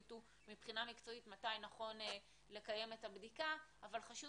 מבחינה מקצועית אתם תחליטו מתי נכון לקיים את הבדיקה אבל חשוב